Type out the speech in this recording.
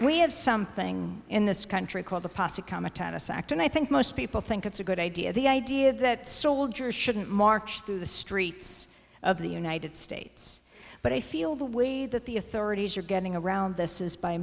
we have something in this country called the posse comitatus act and i think most people think it's a good idea the idea that soldiers shouldn't march through the streets of the united states but i feel the way that the authorities are getting around this is by